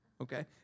Okay